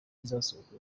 izasohoka